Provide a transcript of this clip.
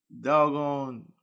doggone